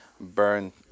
burn